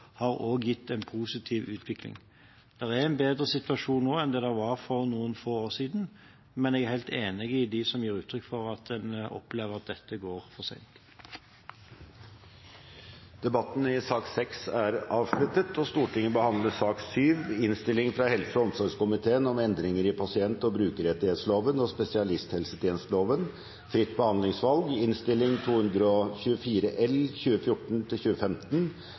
har gitt en positiv utvikling. Det er en bedre situasjon nå enn det var for noen få år siden, men jeg er helt enig med dem som gir uttrykk for at en opplever at dette går for sent. Debatten i sak nr. 6 er avsluttet. Etter ønske fra helse- og omsorgskomiteen vil presidenten foreslå at debatten blir begrenset til 2 timer, og